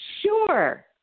Sure